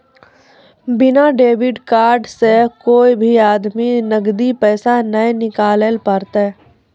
बिना debit card से कोय भी आदमी नगदी पैसा नाय निकालैल पारतै